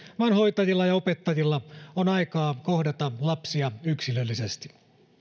vaan hoitajilla ja opettajilla on aikaa kohdata lapsia yksilöllisesti